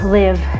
live